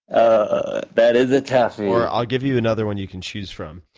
ah that is a toughie. i'll give you another one you can choose from.